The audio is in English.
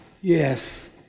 yes